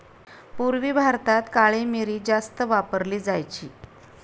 पूर्वी भारतात काळी मिरी जास्त वापरली जायची